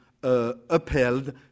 Upheld